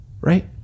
right